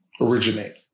originate